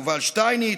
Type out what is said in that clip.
יובל שטייניץ,